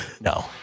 no